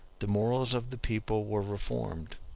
the morals of the people were reformed.